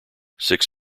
six